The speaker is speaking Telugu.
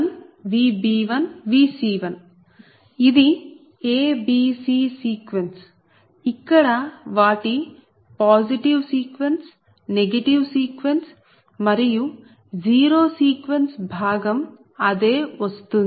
ఇది a b c సీక్వెన్స్ ఇక్కడ వాటి పాజిటివ్ సీక్వెన్స్ నెగటివ్ సీక్వెన్స్ మరియు జీరో సీక్వెన్స్ భాగం అదే వస్తుంది